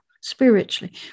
spiritually